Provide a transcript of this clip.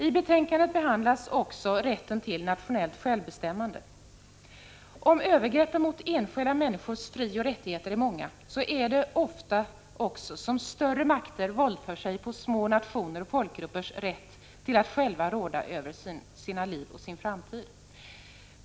I betänkandet behandlas också rätten till nationellt självbestämmande. Om övergreppen mot enskilda människors frioch rättigheter är många, är det också ofta som större makter våldför sig på små nationers och folkgruppers rätt att själva råda över sina liv och sin framtid.